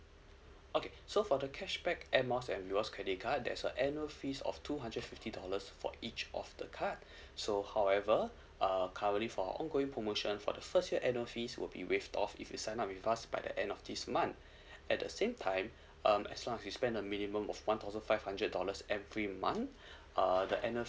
okay so for the cashback Air Miles and rewards credit card that's a annual fees of two hundred fifty dollars for each of the card so however uh currently for our ongoing promotion for the first year annual fees will be waived off if you sign up with us by the end of this month at the same time um as long as you spend a minimum of one thousand five hundred dollars every month uh the annual